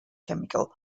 chemical